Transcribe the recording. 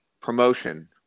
promotion